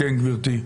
כן, גברתי.